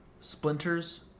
splinters